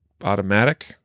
automatic